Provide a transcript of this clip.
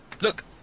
Look